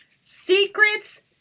secrets